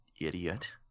idiot